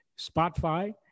Spotify